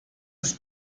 ist